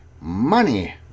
Money